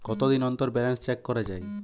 কতদিন অন্তর balance check করা য়ায়?